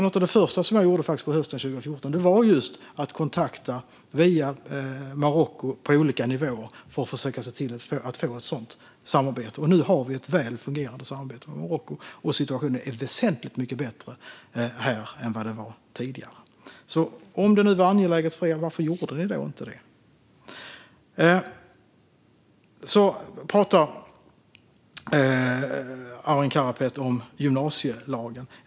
Något av det första jag gjorde hösten 2014 var just att kontakta Marocko på olika nivåer för att försöka få ett sådant samarbete. Och nu har vi ett väl fungerande samarbete med Marocko, och situationen är väsentligt mycket bättre här än vad den var tidigare. Varför gjorde ni inte något om detta var så angeläget för er? Arin Karapet talar också om gymnasielagen.